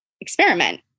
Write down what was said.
experiment